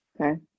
Okay